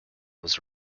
was